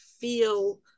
feel